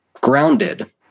grounded